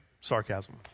Sarcasm